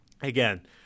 again